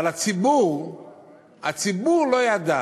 אבל הציבור לא ידע